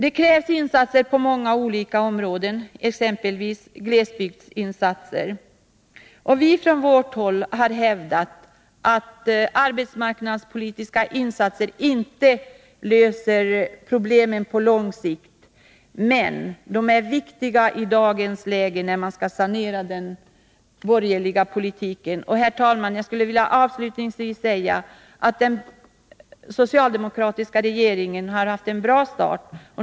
Det krävs insatser på många olika områden, exempelvis glesbygdsinsatser. Vi från vårt håll har hävdat att arbetsmarknadspolitiska insatser inte löser problemen på lång sikt. Men de är viktiga i dagens läge när man skall sanera efter den borgerliga politiken. Herr talman! Jag skulle avslutningsvis vilja säga att den socialdemokratiska regeringen har haft en bra start.